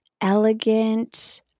elegant